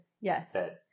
Yes